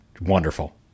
wonderful